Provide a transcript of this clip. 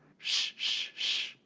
shhh shhh.